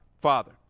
father